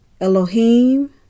Elohim